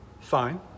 Fine